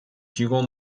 提供